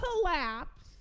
collapse